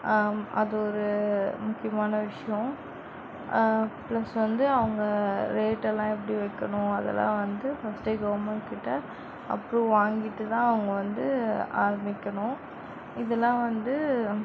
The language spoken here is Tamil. அது ஒரு முக்கியமான விஷயம் ப்ளஸ் வந்து அவங்க ரேட்டெல்லாம் எப்படி வைக்கணும் அதெல்லாம் வந்து ஃபர்ஸ்ட்டே கவுர்மெண்ட் கிட்டே அப்ரூவ் வாங்கிட்டு தான் அவங்க வந்து ஆரமிக்கணும் இதெலாம் வந்து